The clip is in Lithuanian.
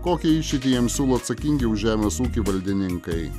kokį iššūkį jiems siūlo atsakingi už žemės ūkį valdininkai